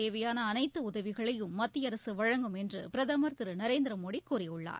தேவையான அனைத்து உதவிகளையும் மத்திய அரசு வழங்கும் என்று பிரதம் திரு நரேந்திரமோடி கூறியுள்ளார்